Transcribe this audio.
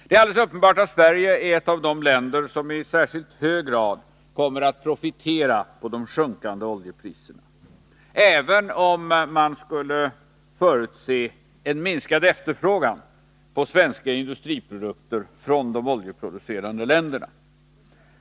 Det är alldeles uppenbart att Sverige är ett av de länder som i särskilt hög grad kommer att profitera på de sjunkande oljepriserna — även om man skulle förutse en minskad efterfrågan på svenska industriprodukter från de oljeproducerande länderna.